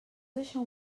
deixar